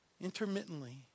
intermittently